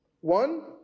One